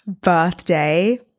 birthday